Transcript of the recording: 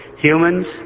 Humans